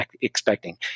expecting